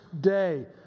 day